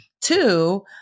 Two